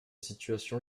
situation